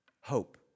hope